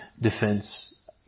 defense